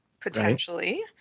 potentially